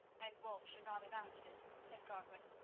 and wulf should not have asked it, said godwin.